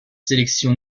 sélections